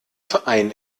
verein